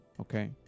okay